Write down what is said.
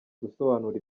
gusobanura